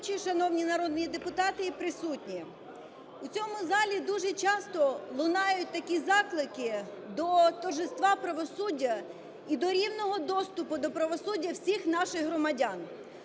шановні народні депутати і присутні! У цьому залі дуже часто лунають такі заклики до торжества правосуддя і до рівного доступу до правосуддя всіх наших громадян.